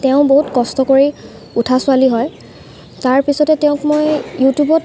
তেওঁ বহুত কষ্ট কৰি উঠা ছোৱালী হয় তাৰপিছতে তেওঁক মই ইউটিউবত